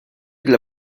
для